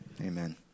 Amen